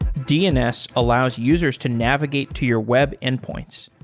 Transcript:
dns allows users to navigate to your web endpoints,